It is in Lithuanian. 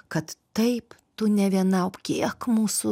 kad taip tu ne viena o kiek mūsų